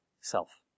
self